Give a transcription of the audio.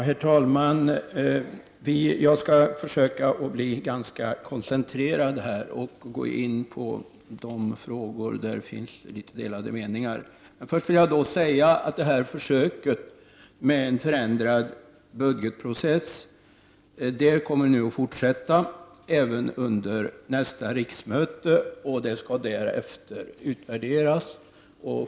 Herr talman! Jag skall försöka att koncentrera mig och bara gå in på de frågor där det finns delade meningar. Först vill jag säga att försöket med en förändrad budgetprocess kommer att fortsätta även under nästa riksmöte. Därefter blir det en utvärdering.